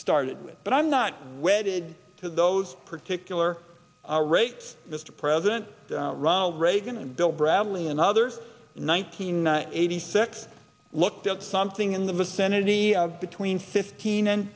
started with but i'm not wedded to those particular rates mr president ronald reagan and bill bradley and others nineteen eighty six looked at something in the vicinity of between fifteen and